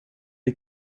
det